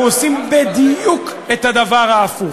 אנחנו עושים בדיוק את הדבר ההפוך,